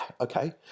okay